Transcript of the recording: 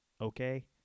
Okay